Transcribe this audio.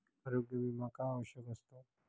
आरोग्य विमा का आवश्यक असतो?